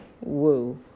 woo